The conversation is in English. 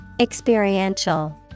experiential